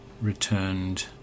returned